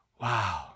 wow